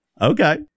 Okay